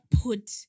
put